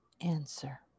answer